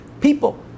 people